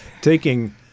taking